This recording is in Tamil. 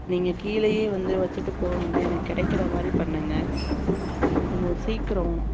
நீங்கள் கீழேயே வந்து வச்சுட்டு போக வேண்டாம் எனக்கு கிடைக்கற மாதிரி பண்ணுங்கள் கொஞ்சம் சீக்கிரம்